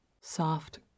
Soft